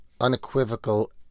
unequivocal